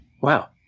wow